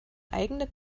eigene